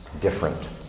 different